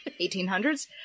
1800s